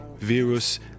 Virus